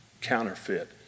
counterfeit